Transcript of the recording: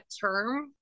term